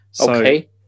Okay